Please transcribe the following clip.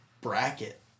bracket